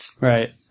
Right